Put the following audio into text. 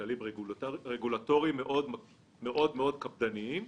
כללים רגולטוריים מאוד מאוד קפדניים.